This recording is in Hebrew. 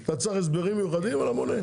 אתה צריך הסברים מיוחדים על המונה?